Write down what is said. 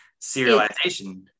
serialization